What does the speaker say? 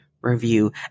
review